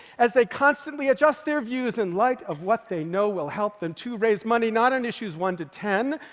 as they constantly adjust their views in light of what they know will help them to raise money, not on issues one to ten,